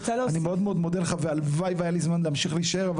אני מאוד מודה לך והלוואי והיה לי זמן להמשיך להישאר,